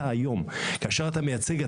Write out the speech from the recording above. כאשר אתה מייצג,